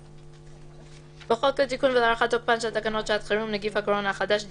בכלל לא היה, פקע החוק.